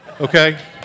Okay